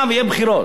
בשביל מה?